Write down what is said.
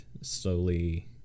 slowly